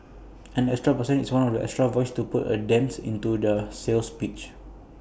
an extra person is one extra voice to put A dent into their sales pitch